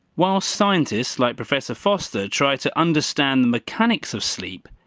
while scientists like professor foster try to understand the mechanics of sleep,